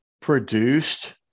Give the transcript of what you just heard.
produced